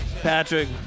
Patrick